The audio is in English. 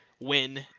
win